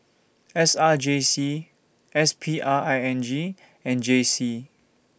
S R J C S P R I N G and J C